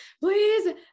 please